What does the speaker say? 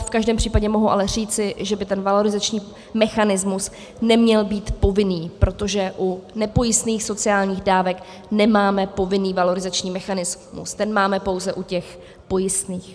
V každém případě mohu ale říci, že by ten valorizační mechanismus neměl být povinný, protože u nepojistných sociálních dávek nemáme povinný valorizační mechanismus, ten máme pouze u těch pojistných.